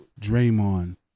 Draymond